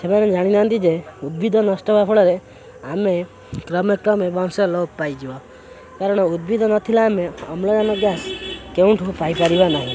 ସେମାନେ ଜାଣିନାହାଁନ୍ତି ଯେ ଉଦ୍ଭିଦ ନଷ୍ଟ ହେବା ଫଳରେ ଆମେ କ୍ରମେ କ୍ରମେ ବଂଶ ଲୋପ୍ ପାଇଯିବା କାରଣ ଉଦ୍ଭିଦ ନଥିଲା ଆମେ ଅମ୍ଳଜାନ ଗ୍ୟାସ୍ କେଉଁଠୁ ପାଇପାରିବା ନାହିଁ